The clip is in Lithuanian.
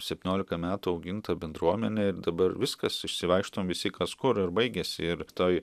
septyniolika metų auginta bendruomenė ir dabar viskas išsivaikštom visi kas kur ir baigiasi ir toj